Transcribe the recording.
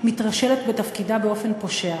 מתרשלת בתפקידה באופן פושע.